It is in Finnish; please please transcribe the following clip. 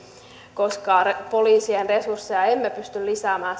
koska poliisien resursseja emme pysty lisäämään